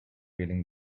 feeling